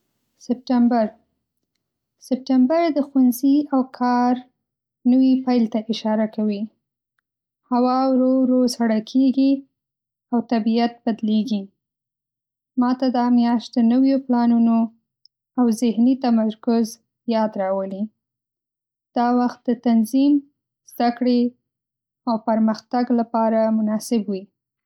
سپتمبر: سپتمبر د ښوونځي او کار نوي پیل ته اشاره کوي. هوا ورو ورو سړه کېږي او طبیعت بدلېږي. ما ته دا میاشت د نویو پلانونو او ذهني تمرکز یاد راولي. دا وخت د تنظیم، زده کړې او پرمختګ لپاره مناسب وي.